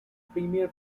premier